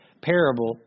parable